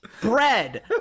bread